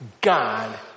God